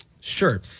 Sure